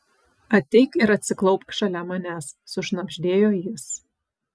ateik ir atsiklaupk šalia manęs sušnabždėjo jis